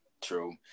true